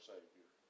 Savior